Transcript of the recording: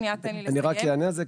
אני רק אענה על זה,